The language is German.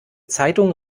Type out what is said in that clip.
zeitung